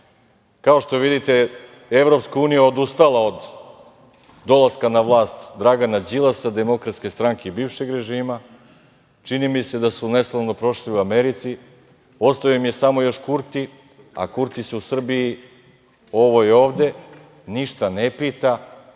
Kao što vidite, EU je odustala od dolaska na vlast Dragana Đilasa, DS i bivšeg režima. Čini mi se da su neslavno prošli u Americi. Ostao im je još samo Kurti, a Kurti se u Srbiji, ovoj ovde, ništa ne pita.